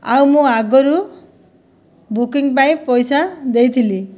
ଆଉ ମୁଁ ଆଗରୁ ବୁକିଂ ପାଇଁ ପଇସା ଦେଇଥିଲି